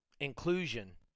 inclusion